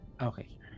okay